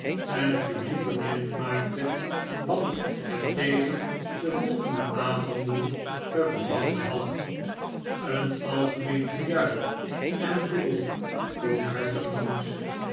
en het publiek bekend maakte wat het tegen de volgende avonden te wachten had een algemeen gejuich en geroep